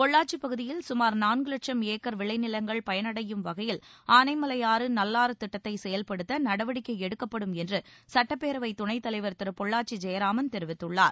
பொள்ளாச்சிப் பகுதியில் சுமார் நான்கு லட்சம் ஏக்கர் விளை நிலங்கள் பயனடையும் வகையில் ஆனைமலையாறு நல்லாறு திட்டத்தை செயல்படுத்த நடவடிக்கை எடுக்கப்படும் என்று சட்டப்பேரவை துணைத் தலைவர் திரு பொள்ளாச்சி ஜெயராமன் தெரிவித்துள்ளார்